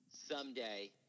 someday